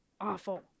Awful